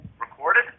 Recorded